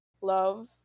love